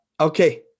Okay